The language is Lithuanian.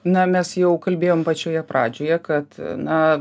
na mes jau kalbėjom pačioje pradžioje kad na